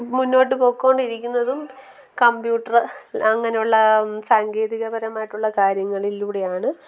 മുന്നോട്ട് പൊക്കോണ്ടിരിക്കുന്നതും കമ്പ്യൂട്ടർ അങ്ങനെയുള്ള സാങ്കേതിക പരമായിട്ടുള്ള കാര്യങ്ങളിലൂടെയാണ്